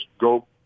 go